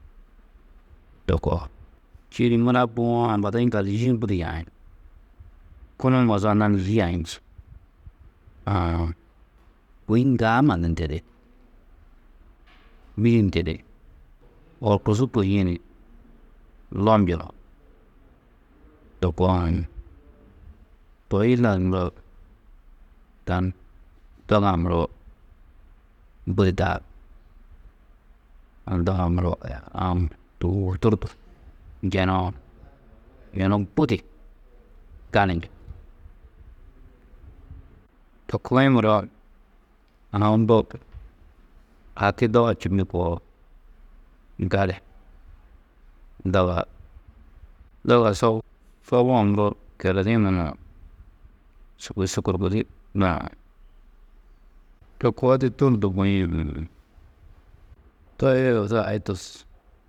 To koo, čîidi mura buwo ambadi-ĩ yiŋgaldu yî ni budi yaĩ. Kunu mozuũ nani yî yaî njî, aã, kôi ŋgaa mannu ndedi, bî di ni ndedi, horkusu kohîe ni lobnjunú, to koo uũ. Toi yilaadu muro, tani doga-ã muro budi daaru. Tani doga-ã muro tûgohu hutur du njenoo, yunu budi gali nje. To kugiĩ muro haki mbo doga koo gali, doga, doga sobu, sobu-ã muro kreledi-ĩ munuũn, sûgoi sukur gudi maú, to koo di tun du buĩ toi odu a hi tus.